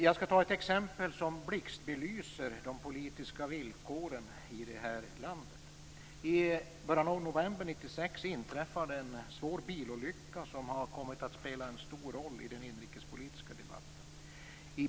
Jag skall ta ett exempel som blixtbelyser de politiska villkoren i Turkiet. I början av november 1996 inträffade en svår bilolycka, som har kommit att spela en stor roll i den inrikespolitiska debatten.